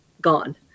gone